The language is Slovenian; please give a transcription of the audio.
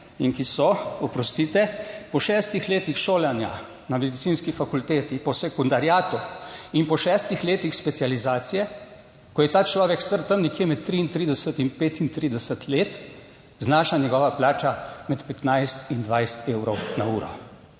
in ki so, oprostite, po šestih letih šolanja na medicinski fakulteti, po sekundariatu in po šestih letih specializacije, ko je ta človek star tam nekje med 33 in 35 let, znaša njegova plača med 15 in 20 evrov na uro.